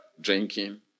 drinking